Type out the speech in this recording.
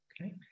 Okay